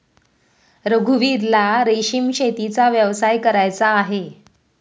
रघुवीरला रेशीम शेतीचा व्यवसाय करायचा आहे